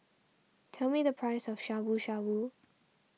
tell me the price of Shabu Shabu